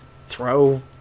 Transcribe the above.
throw